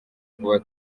kuba